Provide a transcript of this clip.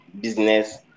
business